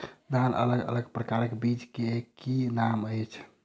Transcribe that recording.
धान अलग अलग प्रकारक बीज केँ की नाम अछि?